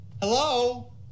Hello